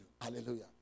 hallelujah